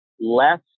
less